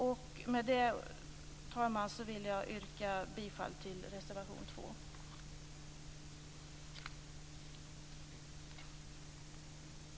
Med det, fru talman, vill jag yrka bifall till reservation 2.